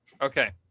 Okay